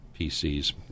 PCs